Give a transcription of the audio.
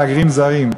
מהגרים זרים,